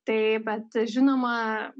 tai bet žinoma